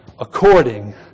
according